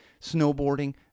snowboarding